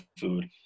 food